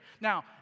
Now